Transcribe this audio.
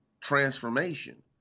transformation